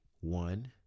one